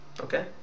Okay